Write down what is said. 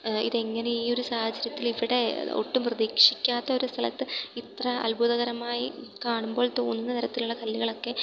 ഇതെങ്ങനെ ഈയൊരു സാഹചര്യത്തിലിവിടെ ഒട്ടും പ്രതീക്ഷിക്കാത്ത ഒരു സ്ഥലത്ത് ഇത്ര അത്ഭുതകരമായി കാണുമ്പോൾ തോന്നുന്ന തരത്തിലുള്ള കല്ലുകളൊക്കെ